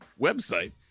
website